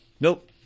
nope